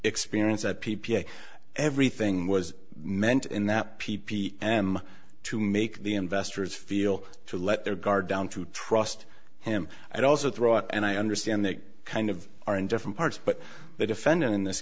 experience that p p a everything was meant in that p p m to make the investors feel to let their guard down to trust him and also throw up and i understand they kind of are in different parts but the defendant in this